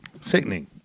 Sickening